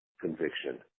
conviction